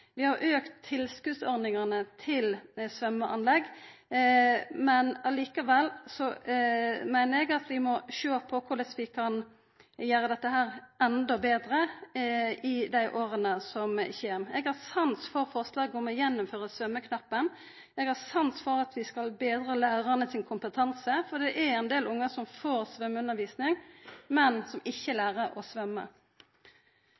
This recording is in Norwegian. Vi har auka tilskotsordningane til svømmeanlegg, men likevel meiner eg at vi må sjå på korleis vi kan gjera dette enda betre i åra som kjem. Eg har sans for forslaget om å gjeninnføra svømmeknappen, og eg har sans for at vi skal betre lærarane sin kompetanse. For det er ein del ungar som får svømmeundervisning, men som ikkje